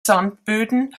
sandböden